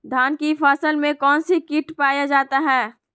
धान की फसल में कौन सी किट पाया जाता है?